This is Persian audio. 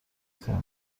کنه